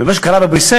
ומה שקרה בבריסל